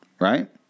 right